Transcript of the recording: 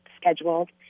scheduled